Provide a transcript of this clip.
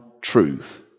truth